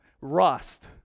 Rust